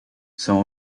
some